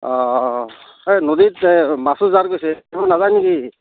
অ এই নদীত এ মাছৰ উজান গৈছে ধৰিব নাযায় নেকি